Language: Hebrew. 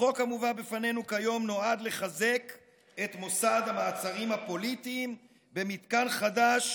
החוק המובא בפנינו כיום נועד לחזק את מוסד המעצרים הפוליטיים במתקן חדש,